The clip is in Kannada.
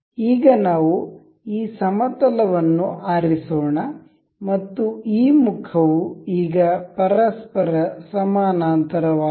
ಈಗ ನಾವು ಈ ಸಮತಲವನ್ನು ಆರಿಸೋಣ ಮತ್ತು ಈ ಮುಖವು ಈಗ ಪರಸ್ಪರ ಸಮಾನಾಂತರವಾಗಿದೆ